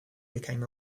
became